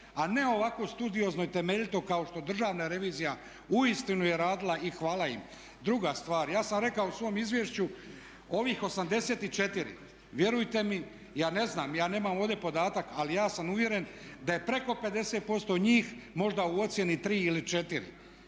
a ne ovako studiozno i temeljito kao što Državna revizija uistinu je radila i hvala im. Druga stvar, ja sam rekao u svom izvješću ovih 84 vjerujte mi ja ne znam ja nemam ovdje podatak ali ja sam uvjeren da je preko 50% njih možda u ocjeni 3 ili 4.